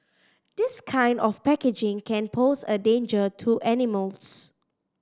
this kind of packaging can pose a danger to animals